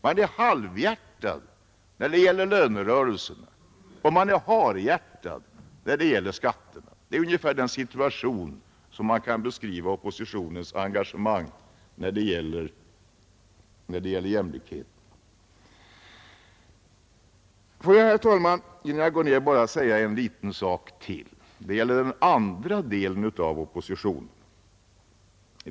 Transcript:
Man är halvhjärtad när det gäller lönerörelsen, och man är harhjärtad när det gäller skatterna — ungefär så kan man beskriva oppositionens engagemang när det gäller jämlikhet. Får jag, herr talman, innan jag går ner från talarstolen, bara säga ytterligare en liten sak; det gäller den andra delen av oppositionen.